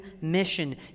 mission